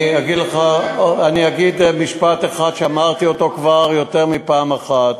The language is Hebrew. אני אגיד משפט אחד שאמרתי כבר יותר מפעם אחת.